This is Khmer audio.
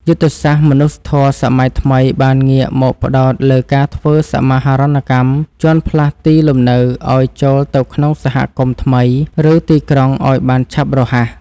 យុទ្ធសាស្ត្រមនុស្សធម៌សម័យថ្មីបានងាកមកផ្តោតលើការធ្វើសមាហរណកម្មជនផ្លាស់ទីលំនៅឱ្យចូលទៅក្នុងសហគមន៍ថ្មី ឬទីក្រុងឱ្យបានឆាប់រហ័ស។